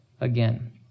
again